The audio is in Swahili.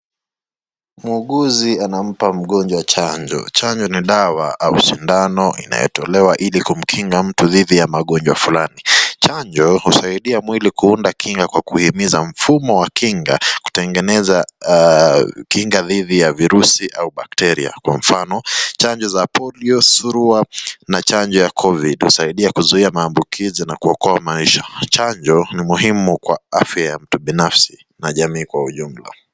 Muuguzi anampa mgonjwa chanjo. Chanjo ni dawa au sindano inayotlewa ili kumkinga mtu dhidi ya magonjwa fulani. Chanjo husaidia mwili kuunda kinga kwa kuhimiza mfumo wa kinga kutengeneza kinga dhidi ya virusi au bakteria kwa mfano chanjo za Polio, Zurua na chanjo ya Covid husaidia kuzuia maambukizi na kuokoa maisha. Chanjo ni muhimu kwa afya ya mtu binafsi na jamii kwa ujumla